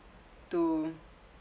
to